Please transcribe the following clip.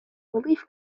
relief